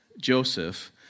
Joseph